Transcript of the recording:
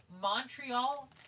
Montreal